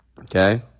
Okay